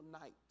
night